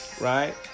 Right